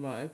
Bʋakʋ